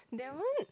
there would